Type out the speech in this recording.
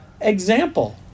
example